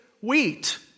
wheat